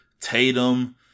Tatum